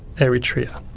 eritrea.